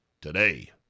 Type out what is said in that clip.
today